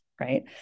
right